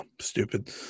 stupid